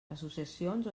associacions